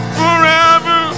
forever